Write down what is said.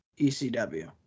ECW